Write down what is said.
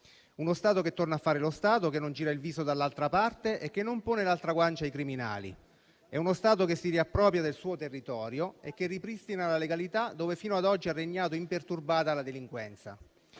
Uno Stato che torna a fare lo Stato, che non gira il viso dall'altra parte e che non pone l'altra guancia ai criminali è uno Stato che si riappropria del suo territorio e che ripristina la legalità dove fino ad oggi ha regnato imperturbata la delinquenza.